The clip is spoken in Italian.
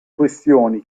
questioni